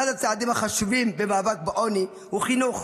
אחד הצעדים החשובים במאבק בעוני הוא חינוך.